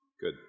Good